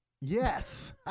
Yes